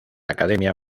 academia